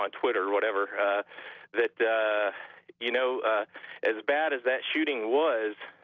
ah twitter or whatever that you know as bad as that shooting was